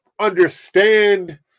understand